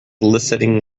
eliciting